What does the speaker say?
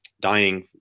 dying